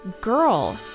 girl